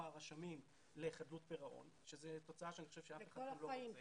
הרשמים לחדלות פירעון שזו תוצאה שאף אחד לא רוצה בה.